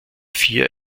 vier